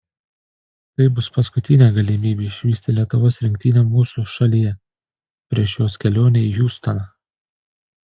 tai bus paskutinė galimybė išvysti lietuvos rinktinę mūsų šalyje prieš jos kelionę į hjustoną